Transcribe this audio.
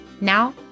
Now